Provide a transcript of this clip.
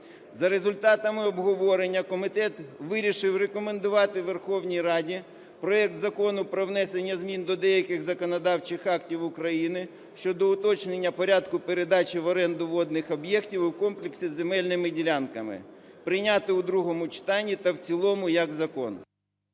За результатами обговорення комітет вирішив рекомендувати Верховній Раді проект Закону про внесення змін до деяких законодавчих актів України щодо уточнення порядку передачі в оренду водних об'єктів у комплексі із земельними ділянками прийняти у другому читанні та в цілому як закон.